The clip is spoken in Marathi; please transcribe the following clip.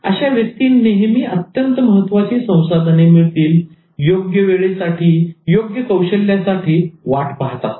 अशी व्यक्ती नेहमी अत्यंत महत्वाची संसाधने मिळतील योग्य वेळेसाठी योग्य कौशल्यासाठी वाट पाहात असतात